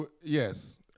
yes